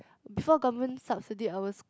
before government subsidy I was